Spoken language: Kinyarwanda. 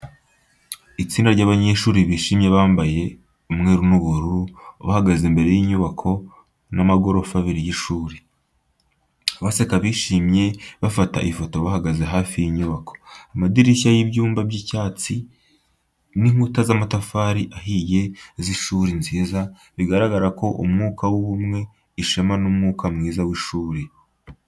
Itsinda ry’abanyeshuri bishimye bambaye umweru n'ubururu bahagaze imbere y’inyubako y’amagorofa abiri y’ishuri. Baseka bishimye, bafata ifoto bahagaze hafi y’inyubako. Amadirishya y'ibyuma by'icyatsi n’inkuta z'amatafari ahiye z’ishuri nziza bigaragaza uwo mwuka w’ubumwe, ishema n’umwuka mwiza w’ishuri.